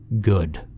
Good